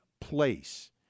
place